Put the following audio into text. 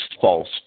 false